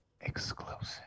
exclusive